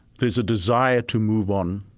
there's a desire to move on.